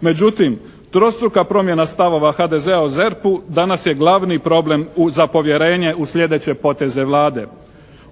Međutim, trostruka promjena stavova HDZ-a o ZERP-u danas je glavni problem za povjerenje u sljedeće poteze Vlade.